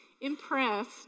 impressed